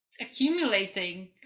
accumulating